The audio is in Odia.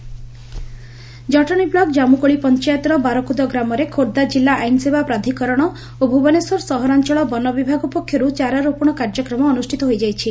ବୃକ୍ଷରୋପଣ କାର୍ଯ୍ୟକ୍ରମ ଜଟଶୀ ବ୍ଲକ ଜାମୁକୋଳି ପଞାୟତର ବାରକୁଦ ଗ୍ରାମରେ ଖୋର୍ବ୍ଧା ଜିଲ୍ଲା ଆଇନସେବା ପ୍ରାଧ୍କରଣ ଓ ଭୁବନେଶ୍ୱର ସହରାଞ୍ଚଳ ବନବିଭାଗ ପକ୍ଷରୁ ଚାରାରୋପଣ କାର୍ଯ୍ୟକ୍ରମ ଅନୁଷ୍ଠିତ ହୋଇଯାଇଛି